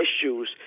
issues